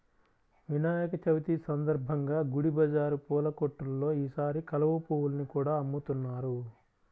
వినాయక చవితి సందర్భంగా గుడి బజారు పూల కొట్టుల్లో ఈసారి కలువ పువ్వుల్ని కూడా అమ్ముతున్నారు